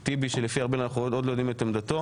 ואת טיבי שאנחנו עוד לא יודעים את עמדתו.